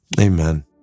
Amen